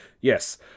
Yes